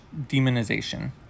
demonization